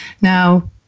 Now